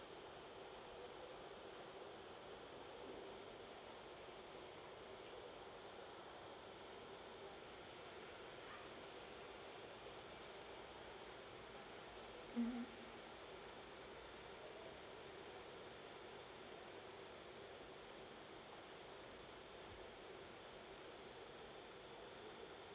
mmhmm